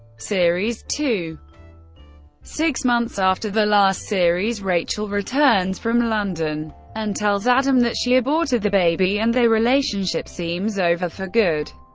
series two six months after the last series, rachel returns from london and tells adam that she aborted the baby, and their relationship seems over for good.